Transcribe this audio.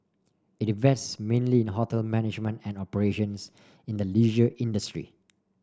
it invests mainly in hotel management and operations in the leisure industry